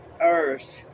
earth